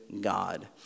God